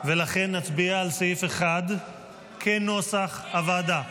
ולכן נצביע על סעיף 1 כנוסח הוועדה.